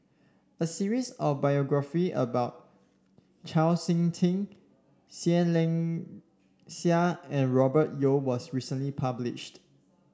a series of biography about Chau SiK Ting Seah Liang Seah and Robert Yeo was recently published